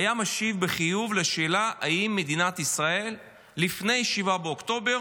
היה משיב בחיוב על השאלה אם מדינת ישראל לפני 7 באוקטובר